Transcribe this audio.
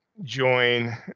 join